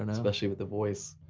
and especially with the voice.